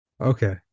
Okay